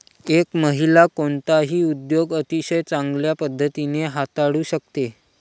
एक महिला कोणताही उद्योग अतिशय चांगल्या पद्धतीने हाताळू शकते